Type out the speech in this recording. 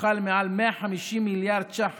ששפכה מעל 150 מיליארד ש"ח